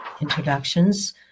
introductions